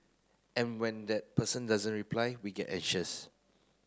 and when that person doesn't reply we get anxious